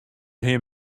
him